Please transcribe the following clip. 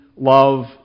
Love